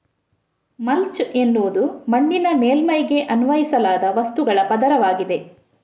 mulch ಎನ್ನುವುದು ಮಣ್ಣಿನ ಮೇಲ್ಮೈಗೆ ಅನ್ವಯಿಸಲಾದ ವಸ್ತುಗಳ ಪದರವಾಗಿದೆ